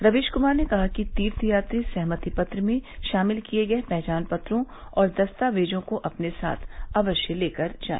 रवीश कुमार ने कहा कि तीर्थ यात्री सहमति पत्र में शामिल किए गए पहचान पत्रों और दस्तावेजों को अपने साथ अवश्य लेकर जाए